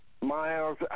miles